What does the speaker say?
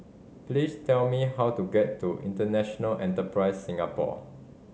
please tell me how to get to International Enterprise Singapore